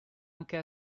anche